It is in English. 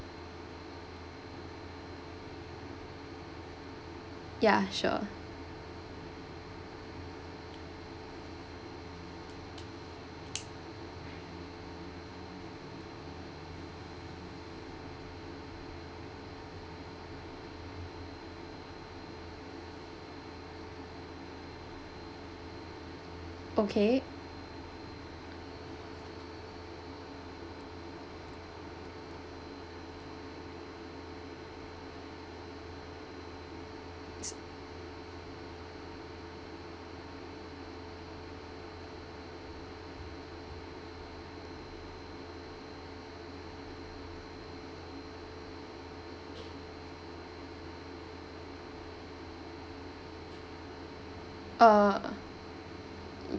ya sure okay err